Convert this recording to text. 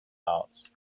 arts